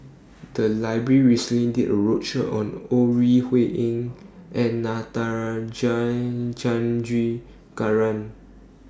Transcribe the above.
The Library recently did A roadshow on Ore Huiying and Natarajan Chandrasekaran